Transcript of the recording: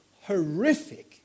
horrific